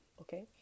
okay